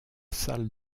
salle